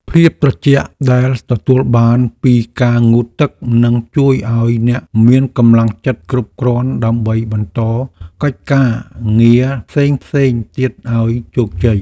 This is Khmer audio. ភាពត្រជាក់ដែលទទួលបានពីការងូតទឹកនឹងជួយឱ្យអ្នកមានកម្លាំងចិត្តគ្រប់គ្រាន់ដើម្បីបន្តកិច្ចការងារផ្សេងៗទៀតឱ្យជោគជ័យ។